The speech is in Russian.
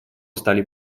стали